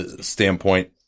standpoint